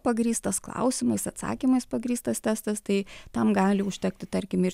pagrįstas klausimais atsakymais pagrįstas testas tai tam gali užtekti tarkim ir